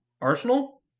Arsenal